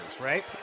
right